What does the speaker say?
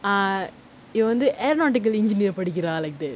ah இவ வந்து:iva vanthu aeronautical engineer படிக்குறா:padikuraa like that